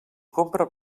compra